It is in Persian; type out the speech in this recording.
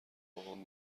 بابام